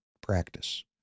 practice